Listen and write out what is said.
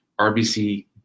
RBC